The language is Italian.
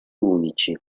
unici